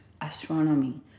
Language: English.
astronomy